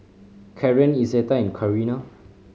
Karren Izetta and Carina